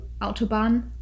autobahn